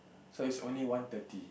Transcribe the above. so it's only one thirty